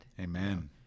amen